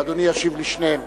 אדוני ישיב לשניהם.